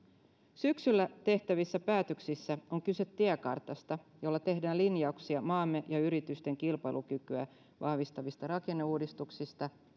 syksyllä tehtävissä päätöksissä on kyse tiekartasta jolla tehdään linjauksia maamme ja yritysten kilpailukykyä vahvistavista rakenneuudistuksista